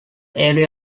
area